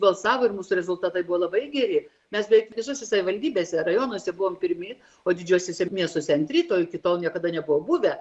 balsavo ir mūsų rezultatai buvo labai geri mes beveik visose savivaldybėse rajonuose buvom pirmi o didžiuosiuose miestuose antri to iki tol niekada nebuvo buvę